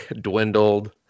dwindled